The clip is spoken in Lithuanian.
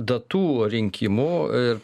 datų rinkimų ir